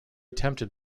tempted